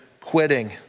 quitting